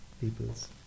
people's